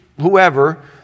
whoever